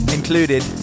Included